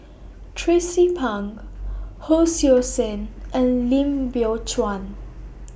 Tracie Pang Hon Sui Sen and Lim Biow Chuan